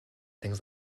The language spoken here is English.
things